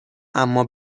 اما